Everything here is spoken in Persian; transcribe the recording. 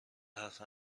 حرف